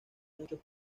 muchos